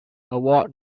award